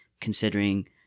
considering